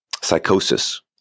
psychosis